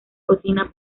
cocina